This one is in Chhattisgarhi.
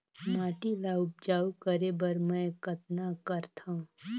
माटी ल उपजाऊ करे बर मै कतना करथव?